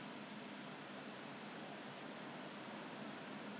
!wah! 整个手 ah 脱皮 ah 痒痒 ah 生东西 leh